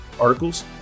articles